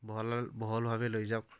বহলাল বহলভাৱে লৈ যাওঁক